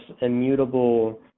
immutable